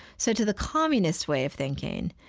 so to the communist way of thinking,